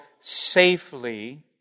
safely